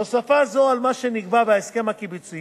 בהוספה זו על מה שנקבע בהסכם הקיבוצי